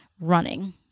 running